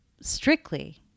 strictly